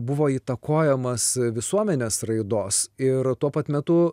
buvo įtakojamas visuomenės raidos ir tuo pat metu